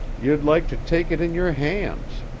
you'd like to take it in your hands.